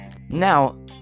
Now